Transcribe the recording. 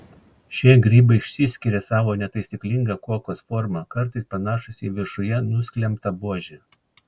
šie grybai išsiskiria savo netaisyklinga kuokos forma kartais panašūs į viršuje nusklembtą buožę